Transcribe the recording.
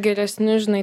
geresni žinai